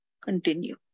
continue